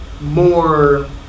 more